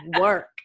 work